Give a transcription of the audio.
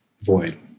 void